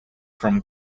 from